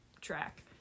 track